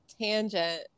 tangent